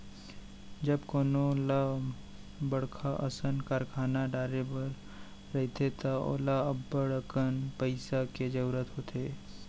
जब कोनो ल बड़का असन कारखाना डारे बर रहिथे त ओला अब्बड़कन पइसा के जरूरत होथे